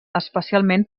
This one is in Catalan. especialment